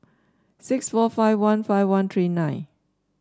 six four five one five one three nine